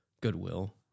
goodwill